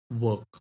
work